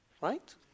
Right